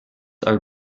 are